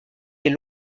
est